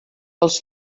els